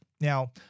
Now